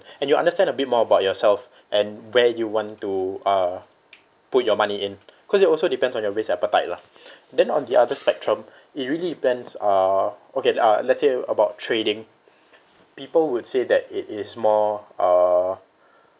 and you'll understand a bit more about yourself and where you want to uh put your money in cause it also depends on your risk appetite lah then on the other spectrum it really depends uh okay let's say about trading people would say that it is more uh